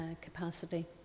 capacity